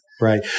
Right